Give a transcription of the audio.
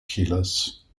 killers